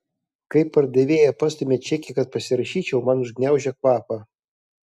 kai pardavėja pastumia čekį kad pasirašyčiau man užgniaužia kvapą